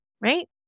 Right